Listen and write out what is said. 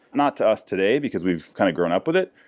not to us today, because we've kind of grown up with it.